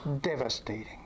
devastating